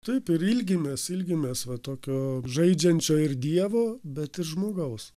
taip ir ilgimės ilgimės va tokio žaidžiančio ir dievo bet ir žmogaus